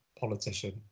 politician